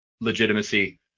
legitimacy